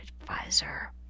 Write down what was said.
advisor